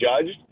judged